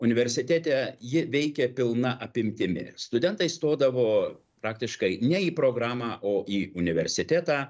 universitete ji veikė pilna apimtimi studentai stodavo praktiškai ne į programą o į universitetą